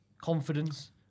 confidence